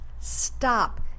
Stop